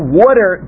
water